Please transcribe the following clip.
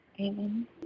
amen